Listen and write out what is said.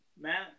Matt